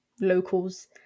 locals